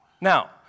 Now